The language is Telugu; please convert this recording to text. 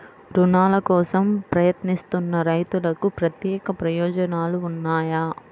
రుణాల కోసం ప్రయత్నిస్తున్న రైతులకు ప్రత్యేక ప్రయోజనాలు ఉన్నాయా?